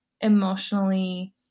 emotionally